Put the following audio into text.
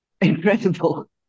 incredible